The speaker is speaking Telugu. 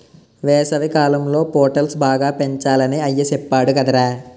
వేసవికాలంలో పొటల్స్ బాగా పెంచాలని అయ్య సెప్పేడు కదరా